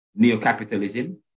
neocapitalism